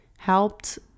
helped